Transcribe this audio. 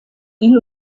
die